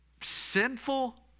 sinful